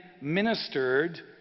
ministered